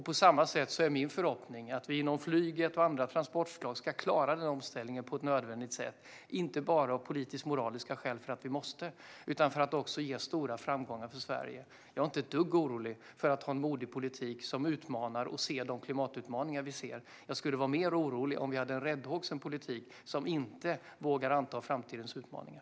På samma sätt är det min förhoppning att vi inom flyget och andra transportslag ska klara denna omställning på ett nödvändigt sätt, inte bara av politisk-moraliska skäl för att vi måste utan för att också få stora framgångar för Sverige. Jag är inte ett dugg orolig för att ha en modig politik som utmanar och ser de klimatutmaningar som finns. Jag skulle vara mer orolig om vi hade en räddhågsen politik som inte vågar anta framtidens utmaningar.